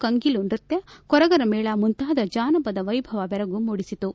ಕಂಗೀಲು ನೃತ್ಯ ಕೊರಗರ ಮೇಳ ಮುಂತಾದ ಜಾನಪದ ವೈಭವ ಬೆರಗು ಮೂಡಿಸಿತು